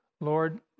Lord